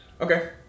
Okay